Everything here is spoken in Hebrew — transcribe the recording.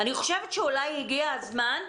אני חושבת שאולי הגיע הזמן,